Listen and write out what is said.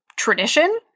tradition